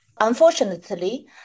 Unfortunately